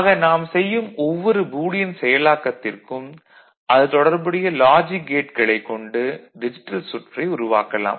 ஆக நாம் செய்யும் ஒவ்வொரு பூலியன் செயலாக்கத்திற்கும் அது தொடர்புடைய லாஜிக் கேட்களைக் கொண்டு டிஜிட்டல் சுற்றை உருவாக்கலாம்